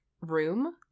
room